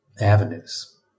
avenues